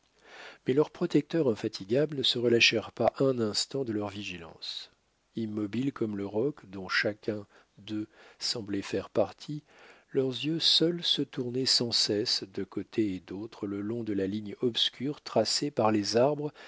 mais leurs protecteurs infatigables ne se relâchèrent pas un instant de leur vigilance immobiles comme le roc dont chacun d'eux semblait faire partie leurs yeux seuls se tournaient sans cesse de côté et d'autre le long de la ligne obscure tracée par les arbres